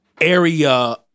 area